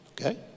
Okay